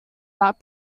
that